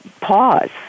pause